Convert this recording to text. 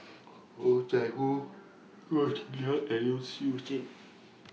Oh Chai Hoo Goh Cheng Liang and Siow Lee Chin